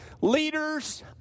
Leaders